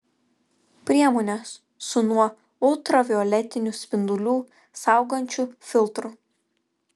priemonės su nuo ultravioletinių spindulių saugančiu filtru